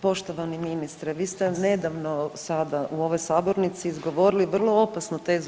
Poštovani ministre vi ste nedavno sada u ovoj sabornici izgovorili vrlo opasnu tezu.